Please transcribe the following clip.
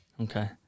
Okay